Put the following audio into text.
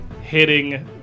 hitting